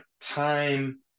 time